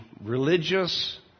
religious